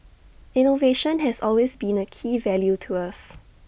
innovation has always been A key value to us